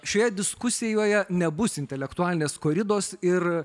šioje diskusijoje nebus intelektualinės koridos ir